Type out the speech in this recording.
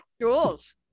Jules